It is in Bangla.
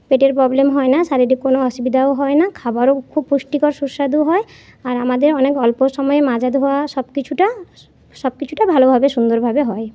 পেটের প্রবলেম হয় না শারীরিক কোনো অসুবিধাও হয় না খাবারও খুব পুষ্টিকর সুস্বাদু হয় আর আমাদের অনেক অল্প সময়ে মাজা ধোয়া সব কিছুটা সব কিছুটা ভালোভাবে সুন্দরভাবে হয়